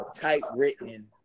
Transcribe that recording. typewritten